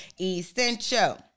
essential